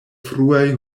fruaj